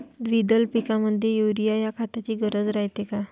द्विदल पिकामंदी युरीया या खताची गरज रायते का?